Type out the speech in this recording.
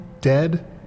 dead